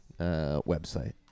website